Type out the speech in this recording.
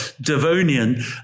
Devonian